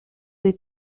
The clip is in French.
des